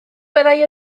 byddai